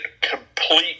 complete